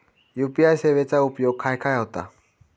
UPI सेवेचा उपयोग खाय खाय होता?